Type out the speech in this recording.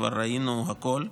כבר ראינו הכול.